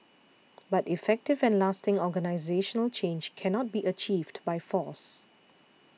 but effective and lasting organisational change cannot be achieved by force